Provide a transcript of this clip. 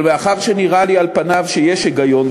אבל מאחר שנראה לי על פניו שיש היגיון,